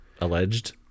alleged